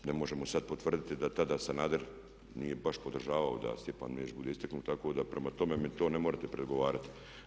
Ne možemo sad potvrditi da tada Sanader nije baš podržavao da Stjepan Mesić bude istaknut, tako da prema tome, mi to ne morate prigovarati.